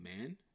man